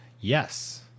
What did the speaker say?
Yes